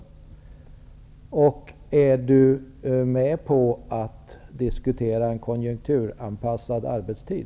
Vill Hans Andersson vara med och diskutera en konjunkturanpassad arbetstid?